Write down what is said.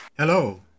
Hello